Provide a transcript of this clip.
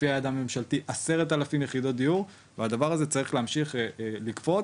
לפי היעד הממשלתי כ-10,000 יחידות דיור והדבר הזה אמור להמשיך ולקפוץ.